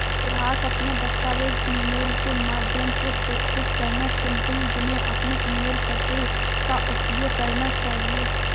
ग्राहक अपने दस्तावेज़ ईमेल के माध्यम से प्रेषित करना चुनते है, उन्हें अपने ईमेल पते का उपयोग करना चाहिए